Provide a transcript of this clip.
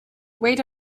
wait